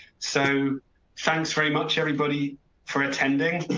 so thanks very much everybody for attending.